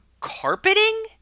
carpeting